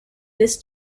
this